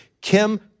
Kim